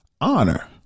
honor